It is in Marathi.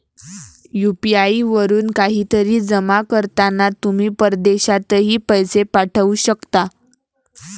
यू.पी.आई वरून काहीतरी जमा करताना तुम्ही परदेशातही पैसे पाठवू शकता